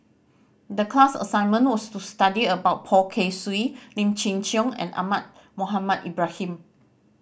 the class assignment was to study about Poh Kay Swee Lim Chin Siong and Ahmad Mohamed Ibrahim